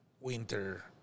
winter